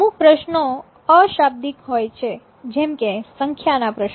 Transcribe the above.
અમુક પ્રશ્નો આશાબ્દિક હોય છે જેમકે સંખ્યા ના પ્રશ્નો